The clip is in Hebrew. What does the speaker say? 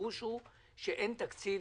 הפירוש הוא שאין תקציב.